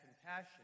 compassion